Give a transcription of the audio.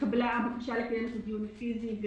התקבלה בקשה לקיים את הדיון באופן פיזי,